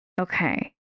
Okay